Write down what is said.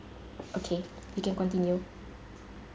okay you can continue